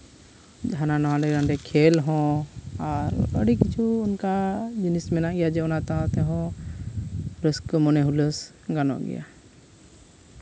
ᱡᱟᱦᱟᱸ ᱦᱟᱸᱰᱮ ᱱᱟᱰᱮ ᱠᱷᱮᱹᱞ ᱦᱚᱸ ᱟᱨ ᱟᱹᱰᱤ ᱠᱤᱪᱷᱩ ᱚᱱᱠᱟ ᱡᱤᱱᱤᱥ ᱢᱮᱱᱟᱜ ᱜᱮᱭᱟ ᱡᱮ ᱚᱱᱟ ᱛᱟᱞᱟ ᱛᱮᱦᱚᱸ ᱨᱟᱹᱥᱠᱟᱹ ᱢᱚᱱᱮ ᱦᱩᱞᱟᱹᱥ ᱜᱟᱱᱚᱜ ᱜᱮᱭᱟ